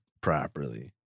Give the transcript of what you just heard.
properly